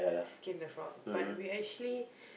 skin the frog but we actually